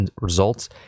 results